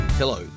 Hello